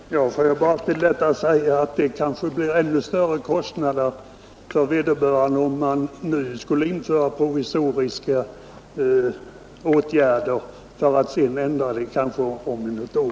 Herr talman! Får jag bara till detta säga att kostnaderna kanske blir ännu större, om man nu skall vidta provisoriska åtgärder för att sedan kanske ändra dem om ett år.